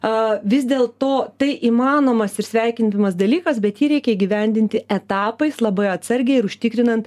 a vis dėl to tai įmanomas ir sveikintinas dalykas bet jį reikia įgyvendinti etapais labai atsargiai ir užtikrinant